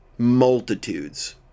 multitudes